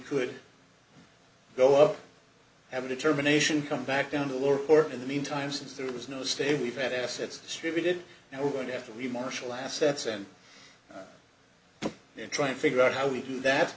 could go up have a determination come back down to the lower court in the meantime since there was no stay we've had assets distributed now we're going to have to we marshal assets and then try to figure out how we do that